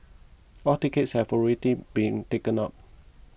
all tickets have already been taken up